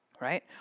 right